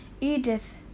edith